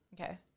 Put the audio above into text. okay